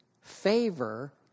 Favor